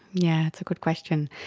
yeah that's a good question.